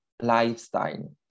lifestyle